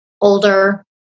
older